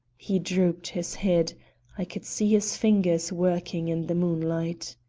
he drooped his head i could see his fingers working in the moonlight.